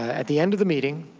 at the end of the meeting,